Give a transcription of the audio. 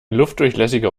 luftdurchlässiger